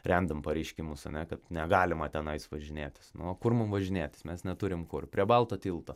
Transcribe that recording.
rendam pareiškimus ane kad negalima tenais važinėtis nu o kur mum važinėtis mes neturim kur prie balto tilto